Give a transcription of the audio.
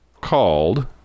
called